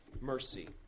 mercy